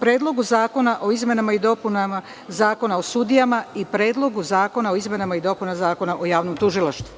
Predlogu zakona o izmenama i dopunama Zakona o sudijama i Predlogu zakona o izmenama i dopunama Zakona o javnom tužilaštvu.